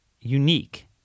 unique